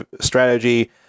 strategy